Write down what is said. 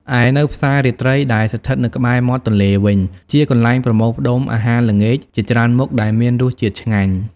ឯនៅផ្សាររាត្រីដែលស្ថិតនៅក្បែរមាត់ទន្លេវិញ ជាកន្លែងប្រមូលផ្តុំអាហារល្ងាចជាច្រើនមុខដែលមានរសជាតិឆ្ងាញ់ ។